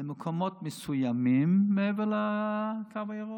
למקומות מסוימים מעבר לקו הירוק,